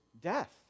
death